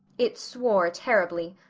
it swore terribly.